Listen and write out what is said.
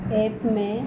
app में